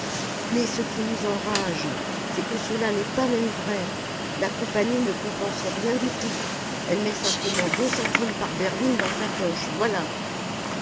mais ce qui nous enrage c'est que cela n'est pas même vrai la compagnie ne compense rien du tout elle met simplement deux centimes par berline dans sa poche voilà